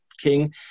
king